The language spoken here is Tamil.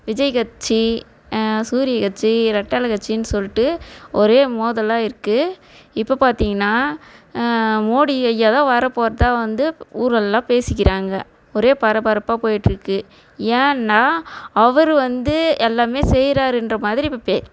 விஜய் கட்சி சூரிய கட்சி ரெட்டலை கட்சினு சொல்லிட்டு ஒரே மோதலாக இருக்குது இப்போ பார்த்தீங்கன்னா மோடி ஐயா தான் வர போகிறதா வந்து ஊரெல்லாம் பேசிக்கிறாங்க ஒரே பரபரப்பாக போய்விட்டு இருக்குது ஏன்னால் அவர் வந்து எல்லாமே செய்கிறாருன்ற மாதிரி இப்போ பெ